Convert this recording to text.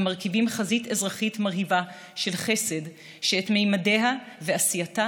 המרכיבים חזית אזרחית מרהיבה של חסד שאת ממדיה ועשייתה